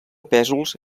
pèsols